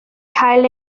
cael